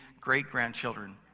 great-grandchildren